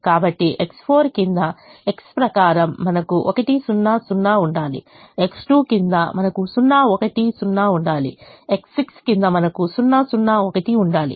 కాబట్టి X4 కింద X ప్రకారం మనకు 1 0 0 ఉండాలి X2 కింద మనకు 0 1 0 ఉండాలి X6 కింద మనకు 0 0 1 ఉండాలి